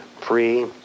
free